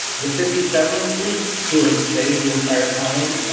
the fifty seven of you who have stayed the entire time.